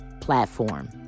platform